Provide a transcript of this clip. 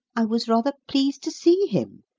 i was rather pleased to see him.